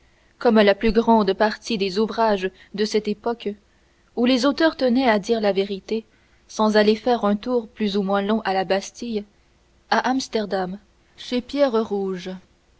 comme la plus grande partie des ouvrages de cette époque où les auteurs tenaient à dire la vérité sans aller faire un tour plus ou moins long à la bastille à amsterdam chez pierre rouge